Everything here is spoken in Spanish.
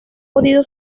podido